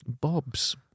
Bobs